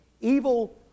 Evil